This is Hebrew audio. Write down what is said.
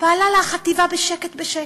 פעלה לה החטיבה בשקט בשקט.